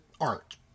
art